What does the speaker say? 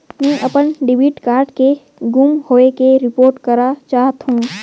मैं अपन debit card के गुम होवे के रिपोर्ट करा चाहत हों